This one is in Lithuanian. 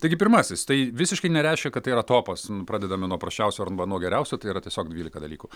taigi pirmasis tai visiškai nereiškia kad tai yra topas pradedame nuo prasčiausio arba nuo geriausio tai yra tiesiog dvylika dalykų